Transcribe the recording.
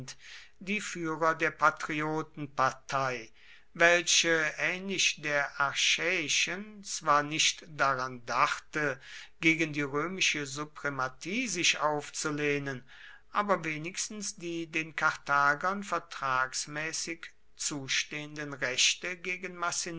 die führer der patriotenpartei welche ähnlich der achäischen zwar nicht daran dachte gegen die römische suprematie sich aufzulehnen aber wenigstens die den karthagern vertragsmäßig zustehenden rechte gegen